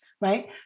Right